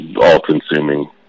all-consuming